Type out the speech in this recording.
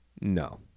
no